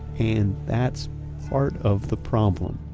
and that's part of the problem.